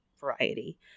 variety